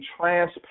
transparent